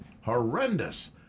horrendous